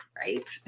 right